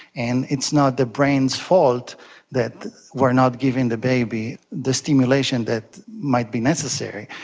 and it's not the brain's fault that we are not giving the baby the stimulation that might be necessary.